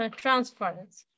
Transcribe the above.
transference